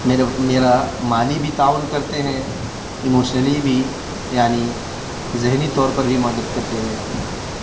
میرا میرا مالی بھی تعاون کرتے ہیں ایموشنلی بھی یعنی ذہنی طور پر بھی مدد کرتے ہیں